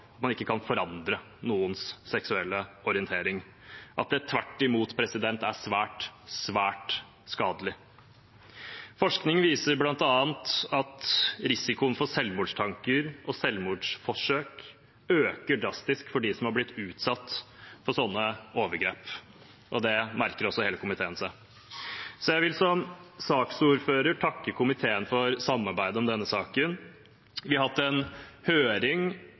man ikke kan forandre noens seksuelle orientering, og at det tvert imot er svært, svært skadelig. Forskning viser bl.a. at risikoen for selvmordstanker og selvmordsforsøk øker drastisk for dem som er blitt utsatt for slike overgrep, og det merker også hele komiteen seg. Så jeg vil som saksordfører takke komiteen for samarbeidet om denne saken. Vi har hatt en høring